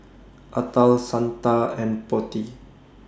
Atal Santha and Potti